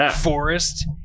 forest